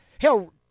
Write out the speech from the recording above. Hell